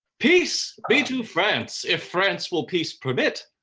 peace be to france, if france will peace permit.